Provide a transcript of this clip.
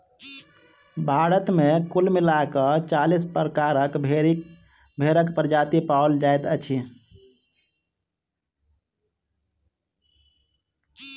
भारत मे कुल मिला क चालीस प्रकारक भेंड़क प्रजाति पाओल जाइत अछि